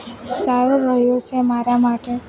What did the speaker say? સારો રહ્યો છે મારા માટે